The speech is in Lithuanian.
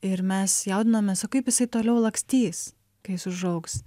ir mes jaudinomės o kaip jisai toliau lakstys kai jis užaugs